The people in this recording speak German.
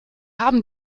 haben